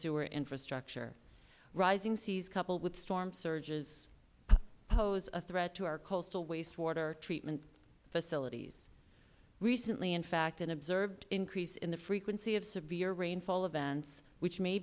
sewer infrastructure rising seas coupled with storm surges pose a threat to our coastal wastewater treatment facilities recently in fact an observed increase in the frequency of severe rainfall events which may